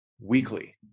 weekly